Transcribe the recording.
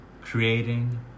creating